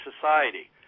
society